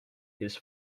his